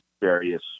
various